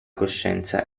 coscienza